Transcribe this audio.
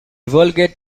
vulgate